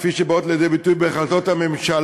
כפי שהן באות לידי ביטוי בהחלטות הממשלה,